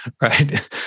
Right